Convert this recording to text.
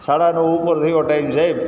સાડા નવ ઉપર થયો ટાઈમ સાહેબ